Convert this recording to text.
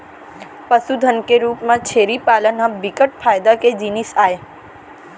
पसुधन के रूप म छेरी पालन ह बिकट फायदा के जिनिस आय